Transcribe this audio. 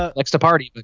ah likes to party.